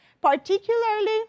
particularly